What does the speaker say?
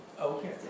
Okay